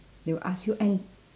they will ask you and